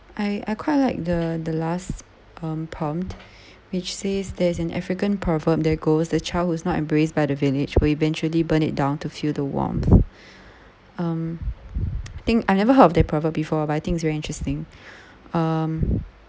I I quite like the the last um prompt which says there's an african proverb there goes the child who's not embraced by the village will eventually burn it down to feel the warmth um think I never heard of that proverb before but I think it's very interesting um